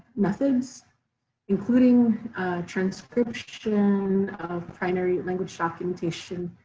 methods including transcription of primary language documentation